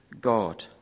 God